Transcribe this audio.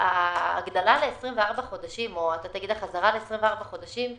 ההגדלה - או תאמר: החזרה ל-24 חודשים,